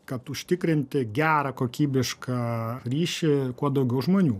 kad užtikrinti gerą kokybišką ryšį kuo daugiau žmonių